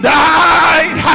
died